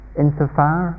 insofar